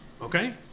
Okay